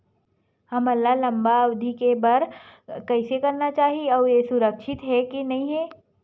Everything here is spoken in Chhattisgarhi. हमन ला लंबा अवधि के बर कइसे करना चाही अउ ये हा सुरक्षित हे के नई हे?